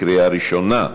לקריאה ראשונה.